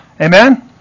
Amen